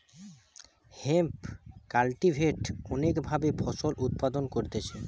hemp cultivate অনেক ভাবে ফসল উৎপাদন করতিছে